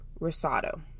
Rosado